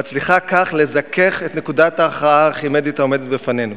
המצליחה כך לזכך את נקודת ההכרעה הארכימדית העומדת בפנינו.